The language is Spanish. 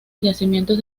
yacimientos